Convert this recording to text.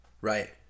right